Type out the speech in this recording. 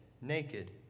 naked